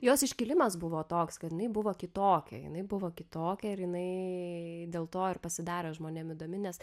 jos iškilimas buvo toks kad jinai buvo kitokia jinai buvo kitokia ir jinai dėl to ir pasidarė žmonėm įdomi nes